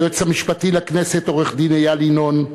היועץ המשפטי לכנסת עורך-דין איל ינון,